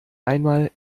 einmal